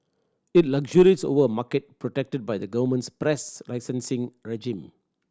it luxuriates over a market protected by the government's press licensing regime